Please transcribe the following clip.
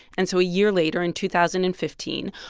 and so a year later in two thousand and fifteen,